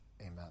amen